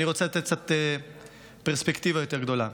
אני רוצה לתת פרספקטיבה יותר גדולה.